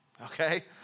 okay